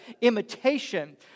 imitation